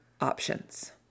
options